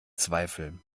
zweifel